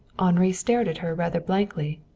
henri stared at her rather blankly.